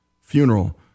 funeral